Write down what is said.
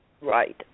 Right